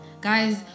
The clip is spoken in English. guys